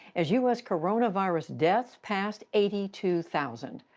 as u s. coronavirus deaths passed eighty two thousand.